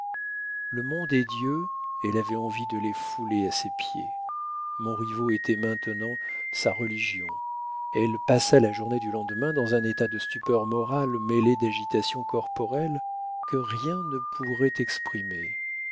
le monde et dieu elle avait envie de les fouler à ses pieds montriveau était maintenant sa religion elle passa la journée du lendemain dans un état de stupeur morale mêlé d'agitations corporelles que rien ne pourrait exprimer